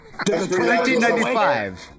1995